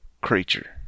creature